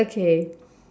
okay